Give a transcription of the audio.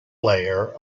layer